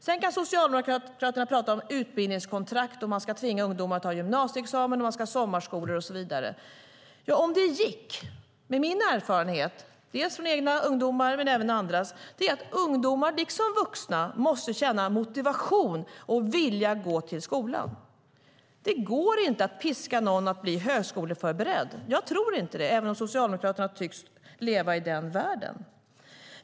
Sedan kan Socialdemokraterna prata om att det ska finnas utbildningskontrakt, att man ska tvinga ungdomar att ta gymnasieexamen, att man ska ha sommarskolor och så vidare. Om det gick! Min erfarenhet, från både egna ungdomar och andras, är att ungdomar liksom vuxna måste känna motivation och vilja att gå till skolan. Det går inte att piska någon att bli högskoleförberedd. Jag tror inte det, även om Socialdemokraterna tycks leva i den världen.